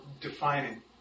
defining